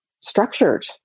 structured